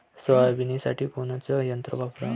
सोयाबीनसाठी कोनचं यंत्र वापरा?